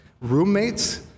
Roommates